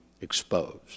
exposed